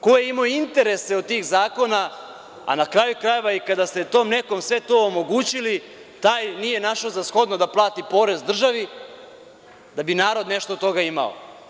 Ko je imao interese od tih zakona, a na kraju krajeva i kada ste tom nekom sve to omogućili taj našao za shodno da plati porez državi, da bi narod nešto od toga imao.